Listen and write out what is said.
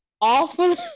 awful